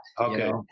Okay